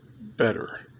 better